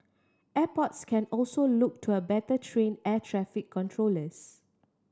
airports can also look to a better train air traffic controllers